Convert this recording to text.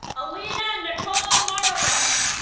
alena nicole marovitz